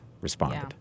responded